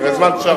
בזמן שרון.